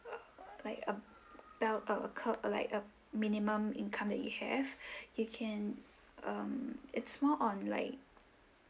uh like uh bell uh occurred like uh minimum income that you have you can um it's more on like